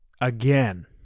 again